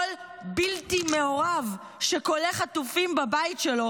כל "בלתי מעורב" שכולא חטופים בבית שלו